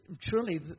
truly